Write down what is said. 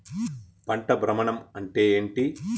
పంట భ్రమణం అంటే ఏంటి?